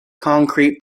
concrete